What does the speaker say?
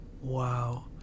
Wow